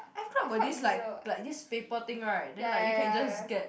F-club got this like like this paper thing right then like you can just get